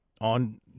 on